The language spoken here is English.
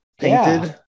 painted